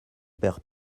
perd